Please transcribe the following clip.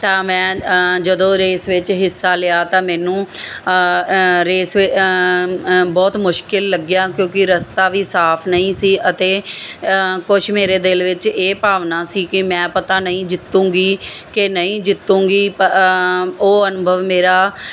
ਤਾਂ ਮੈਂ ਜਦੋਂ ਰੇਸ ਵਿੱਚ ਹਿੱਸਾ ਲਿਆ ਤਾਂ ਮੈਨੂੰ ਰੇਸ ਬਹੁਤ ਮੁਸ਼ਕਿਲ ਲੱਗਿਆ ਕਿਉਂਕਿ ਰਸਤਾ ਵੀ ਸਾਫ ਨਹੀਂ ਸੀ ਅਤੇ ਕੁਝ ਮੇਰੇ ਦਿਲ ਵਿੱਚ ਇਹ ਭਾਵਨਾ ਸੀ ਕਿ ਮੈਂ ਪਤਾ ਨਹੀਂ ਜਿੱਤੂਗੀ ਕਿ ਨਹੀਂ ਜਿੱਤੂਗੀ ਉਹ ਅਨੁਭਵ ਮੇਰਾ